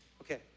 Okay